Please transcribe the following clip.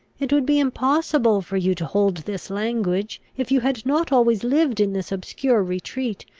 it would be impossible for you to hold this language, if you had not always lived in this obscure retreat,